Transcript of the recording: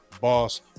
Boss